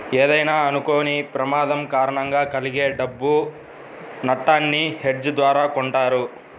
ఏదైనా అనుకోని ప్రమాదం కారణంగా కలిగే డబ్బు నట్టాన్ని హెడ్జ్ ద్వారా కొంటారు